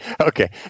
Okay